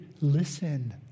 listen